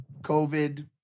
COVID